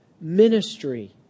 ministry